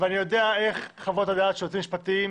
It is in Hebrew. אני יודע איך חוות הדעת של היועץ המשפטי,